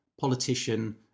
politician